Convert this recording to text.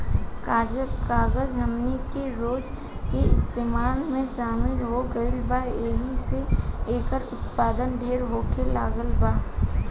कागज हमनी के रोज के इस्तेमाल में शामिल हो गईल बा एहि से एकर उत्पाद ढेर होखे लागल बा